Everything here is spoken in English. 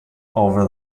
over